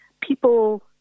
People